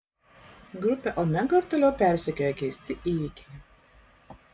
grupę omega ir toliau persekioja keisti įvykiai